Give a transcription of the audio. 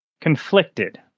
conflicted